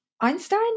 einstein